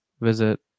visit